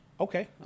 okay